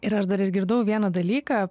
ir aš dar išgirdau vieną dalyką